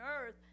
earth